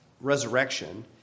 resurrection